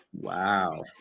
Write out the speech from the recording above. Wow